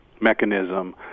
mechanism